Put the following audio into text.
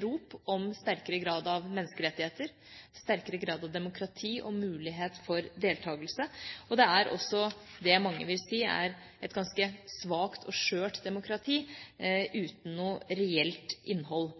rop om sterkere grad av menneskerettigheter, sterkere grad av demokrati og mulighet for deltakelse. Det er også det mange vil si er et ganske svakt og skjørt demokrati uten noe reelt innhold.